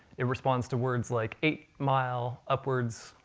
it responds to words like eight, mile, upwards,